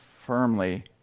firmly